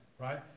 right